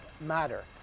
matter